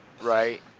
Right